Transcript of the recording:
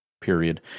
period